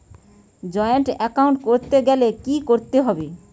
Joint account করতে গেলে কি করতে হবে?